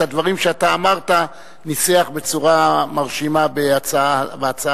את הדברים שאתה אמרת ניסח בצורה מרשימה בהצעה,